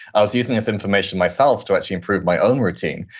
i was using this information myself to actually improve my own routine.